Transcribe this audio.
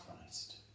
Christ